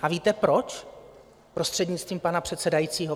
A víte proč, prostřednictvím pana předsedajícího?